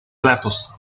platos